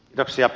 taksia